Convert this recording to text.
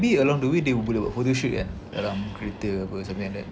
the hours eh maybe along the way do you figure at know criteria was amended to !alah! dah cukup datang